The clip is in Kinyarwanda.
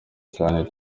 kandi